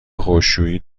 خشکشویی